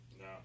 no